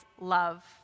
love